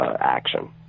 action